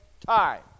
time